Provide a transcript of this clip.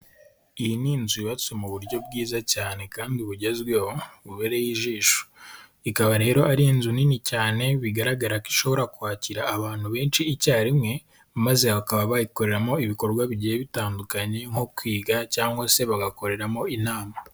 Iyi ni inzu yubatse mu buryo bwiza cyane kandi bugezweho bubereye ijisho, ikaba rero ari inzu nini cyane bigaragara ishobora kwakira abantu benshi icyarimwe, maze bakaba bayikoreramo ibikorwa bigiye bitandukanye nko kwiga cyangwa se bagakoreramo inama.